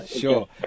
Sure